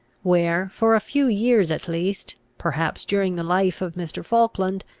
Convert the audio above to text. where for a few years at least, perhaps during the life of mr. falkland,